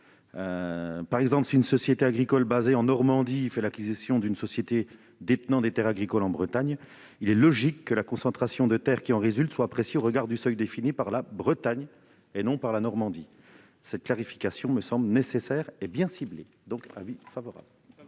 Par exemple, si une société agricole basée en Normandie fait l'acquisition d'une société détenant des terres agricoles en Bretagne, il est logique que la concentration de terres qui en résulte soit appréciée au regard du seuil défini pour la Bretagne, et non pour la Normandie. Cette clarification me semble nécessaire et bien ciblée. Avis favorable.